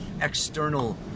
external